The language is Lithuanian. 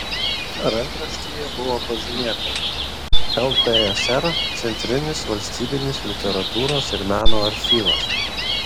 rankraštyje buvo pažymėta ltsr centrinis valstybinis literatūros ir meno archyvas